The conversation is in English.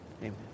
Amen